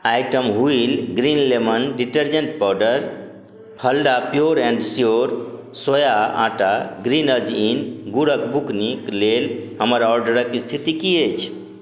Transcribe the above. item Wheel green lemon detergent powder हल्डा pure and sure soya आटा ग्रीनजेन गूड़के बुकनीक लेल हमर ऑडरके इस्थिति कि अछि